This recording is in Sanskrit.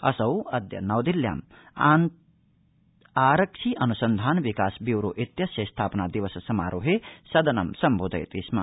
असौ अद्य नवदिल्ल्यां आरिक्ष अनुसन्धान विकास ब्यूरो इत्यस्य स्थापना दिवस समारोहे सदनं सम्बोधयति स्म